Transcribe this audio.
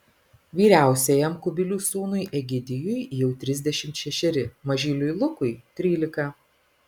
vyriausiajam kubilių sūnui egidijui jau trisdešimt šešeri mažyliui lukui trylika